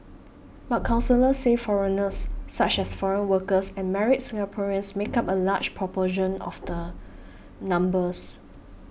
but counsellors say foreigners such as foreign workers and married Singaporeans make up a large proportion of the numbers